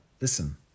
Listen